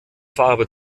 farbe